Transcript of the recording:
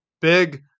Big